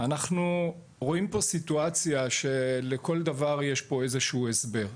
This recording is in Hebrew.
אנחנו רואים פה סיטואציה שלכל דבר יש פה איזשהו הסבר.